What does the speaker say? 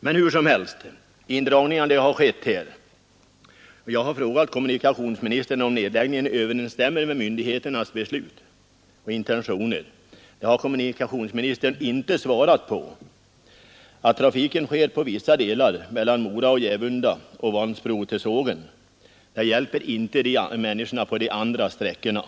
Men hur som helst: Indragningarna har skett, och jag har frågat kommunikationsministern om nedläggningen överensstämmer med myndigheternas beslut och intentioner. Det har kommunikationsministern inte svarat på. Att trafiken upprätthålls på vissa delsträckor, Mora— Gävunda och Vansbro—Sågen, hjälper inte människorna på de andra sträckorna. Bl.